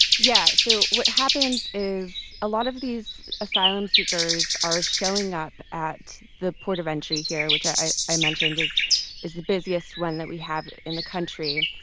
yeah. so what happens is a lot of these asylum-seekers are showing up at the port of entry here, which, i i mentioned, is is the busiest one that we have in the country.